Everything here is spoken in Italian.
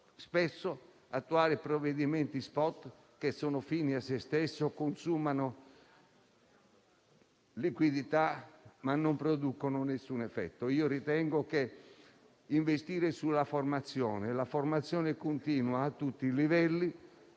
spesso - attuare provvedimenti *spot* che sono fini a se stessi, consumano liquidità, ma non producono alcun effetto. Ritengo che investire sulla formazione, la formazione continua a tutti i livelli,